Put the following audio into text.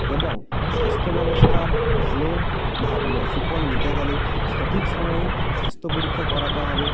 এবং স্বাস্থ্য ব্যবস্থার ভালো সুফল নিতে গেলে সঠিক সময়ে স্বাস্থ্য পরীক্ষা করাতে হবে